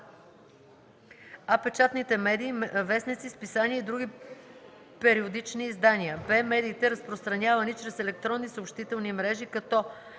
а) печатните медии – вестници, списания и други периодични издания; б) медиите, разпространявани чрез електронни съобщителни мрежи, като: